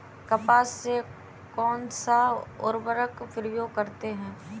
कपास में कौनसा उर्वरक प्रयोग करते हैं?